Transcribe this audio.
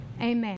Amen